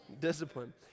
Discipline